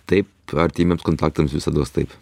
taip artimiems kontaktams visados taip